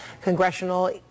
congressional